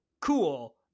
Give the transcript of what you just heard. cool